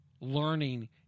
Learning